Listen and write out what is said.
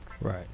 Right